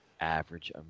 average